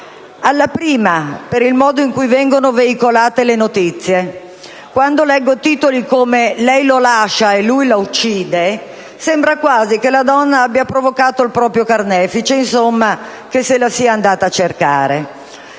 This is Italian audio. Alla prima, per il modo in cui vengono veicolate le notizie. Quando leggo titoli come «Lei lo lascia e lui la uccide», sembra quasi che la donna abbia provocato il proprio carnefice, insomma, «che se la sia andata a cercare».